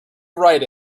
write